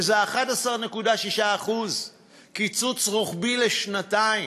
שזה 11.6% קיצוץ רוחבי לשנתיים.